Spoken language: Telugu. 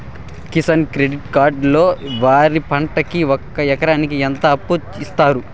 కిసాన్ క్రెడిట్ కార్డు లో వరి పంటకి ఒక ఎకరాకి ఎంత అప్పు ఇస్తారు?